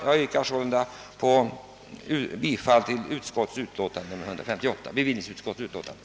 Jag yrkar bifall till bevillningsutskottets hemställan.